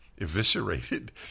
eviscerated